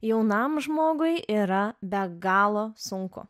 jaunam žmogui yra be galo sunku